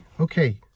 Okay